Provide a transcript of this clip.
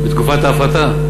בתקופת ההפרטה?